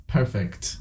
Perfect